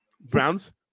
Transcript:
Browns